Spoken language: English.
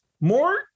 More